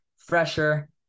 fresher